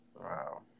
Wow